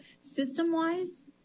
system-wise